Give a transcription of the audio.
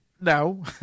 No